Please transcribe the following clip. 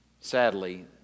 Sadly